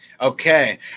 Okay